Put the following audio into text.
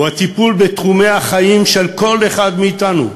זה הטיפול בתחומי החיים של כל אחד מאתנו: